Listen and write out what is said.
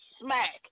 smack